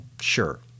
Sure